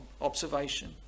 observation